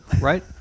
right